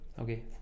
Okay